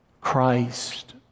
Christ